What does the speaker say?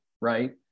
Right